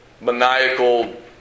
maniacal